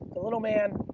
the little man.